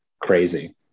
crazy